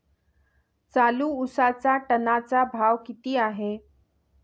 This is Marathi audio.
चालू उसाचा टनाचा भाव किती आहे?